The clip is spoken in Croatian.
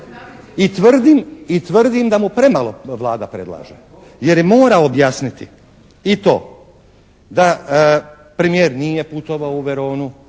i tvrdim da mu premalo Vlada predlaže jer mora objasniti i to da premijer nije putovao u Veronu,